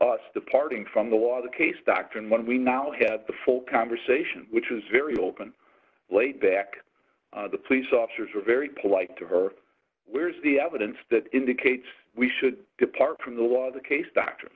us departing from the law the case dr and what we now have the full conversation which is very open late back the police officers were very polite to her where's the evidence that indicates we should depart from the law the case d